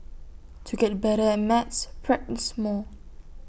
to get better at maths practise more